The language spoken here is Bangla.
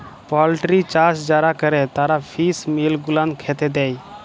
পলটিরি চাষ যারা ক্যরে তারা ফিস মিল গুলান খ্যাতে দেই